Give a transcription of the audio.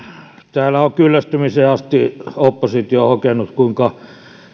täällä on kyllästymiseen asti oppositio hokenut kuinka